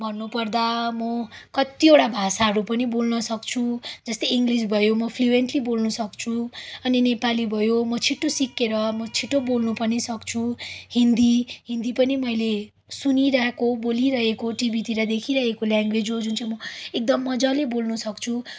भन्नुपर्दा म कतिवटा भाषाहरू पनि बोल्नसक्छु जस्तै इङ्ग्लिस भयो म फ्लुवेन्टली बोल्नसक्छु अनि नेपाली भयो म छिटो सिकेर म छिटो बोल्न पनि सक्छु हिन्दी हिन्दी पनि मैले सुनिरहेको बोलिरहेको टिभीतिर देखिरहेकोले ल्याङ्गुवेज हो जुन चाहिँ म एकदम मजाले बोल्नसक्छु